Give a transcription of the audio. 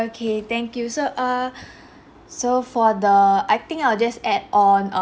~kay thank you so uh so for the I think I will just add on err